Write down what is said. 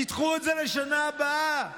תדחו את זה לשנה הבאה.